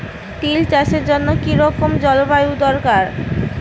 তিল চাষের জন্য কি রকম জলবায়ু দরকার?